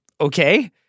okay